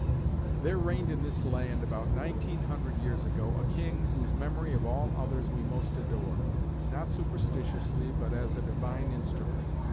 there reigned in this land, about nineteen hundred years ago, a king, whose memory of all others we most adore not superstitiously, but as a divine instrument,